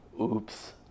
oops